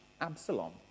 Absalom